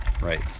Right